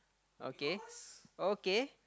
okay okay